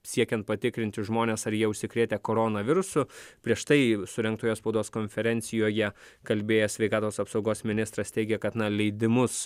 siekiant patikrinti žmones ar jie užsikrėtę koronavirusu prieš tai surengtoje spaudos konferencijoje kalbėjęs sveikatos apsaugos ministras teigė kad na leidimus